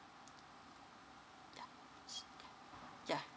yeah s~ yeah yeah